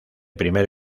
primer